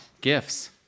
gifts